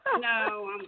No